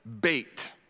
bait